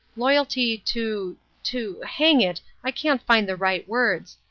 loyalty to to hang it, i can't find the right words,